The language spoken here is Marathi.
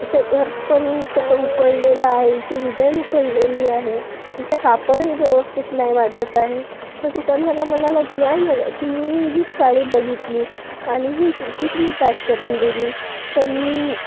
हिचा वर्क पण कसा उकललेला आहे हिचं डिझाइन उकललेली आहे हिचा कापडही व्यवस्थित नाही वाटतं आहे तर दुकानवाला म्हणाला नाही म्हणे तुम्ही हिचं साडी बघितली आणि ही तीच मी पॅक करून दिली पण